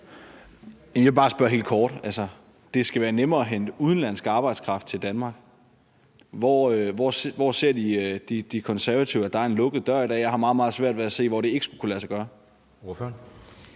Jeg vil bare spørge helt kort: Det skal være nemmere at hente udenlandsk arbejdskraft til Danmark. Hvor ser De Konservative, at der er en lukket dør i dag? Jeg har meget, meget svært ved at se, hvor det ikke skulle kunne lade sig gøre.